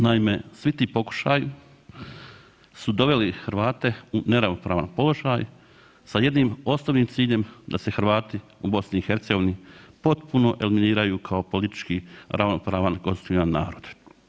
Naime, svi ti pokušaji su doveli Hrvate u neravnopravan položaj sa jednim osnovnim ciljem da se Hrvati u BiH potpuno eliminiraju kao politički ravnopravan konstitutivan narod.